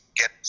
get